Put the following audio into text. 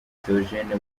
théogène